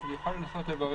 אני יכול לנסות לברר.